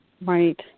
Right